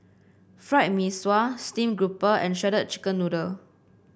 Fried Mee Sua stream grouper and Shredded Chicken Noodles